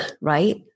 right